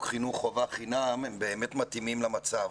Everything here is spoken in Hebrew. חינוך חובה חינם באמת מתאימים למצב.